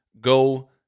go